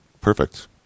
Perfect